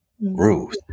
Ruth